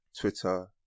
Twitter